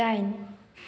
दाइन